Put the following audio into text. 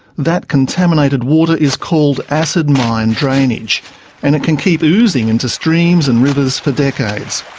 that contaminated water is called acid mine drainage and it can keep oozing into streams and rivers for decades.